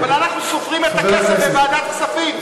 אבל אנחנו סופרים את הכסף בוועדת הכספים,